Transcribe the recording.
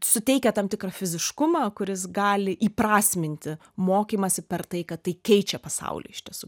suteikia tam tikrą fiziškumą kuris gali įprasminti mokymąsi per tai kad tai keičia pasaulį iš tiesų